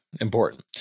important